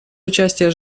участия